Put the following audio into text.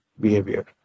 behavior